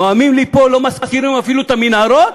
נואמים פה לא מזכירים אפילו את המנהרות?